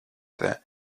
that